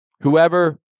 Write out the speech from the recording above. Whoever